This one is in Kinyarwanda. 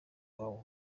wawe